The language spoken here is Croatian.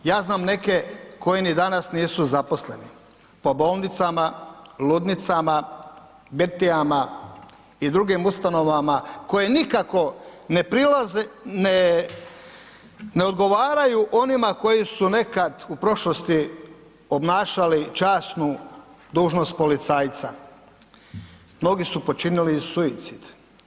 Ja znam neke koji ni danas nisu zaposleni, po bolnicama, ludnicama, birtijama i drugim ustanovama koje nikako ne prilaze, ne odgovaraju onima koji su nekad u prošlosti obnašali časnu dužnost policajca, mnogi su počinili i suicid.